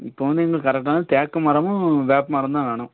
இப்போது வந்து எங்களுக்கு கரெக்டான தேக்கு மரமும் வேப்ப மரம் தான் வேணும்